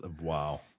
Wow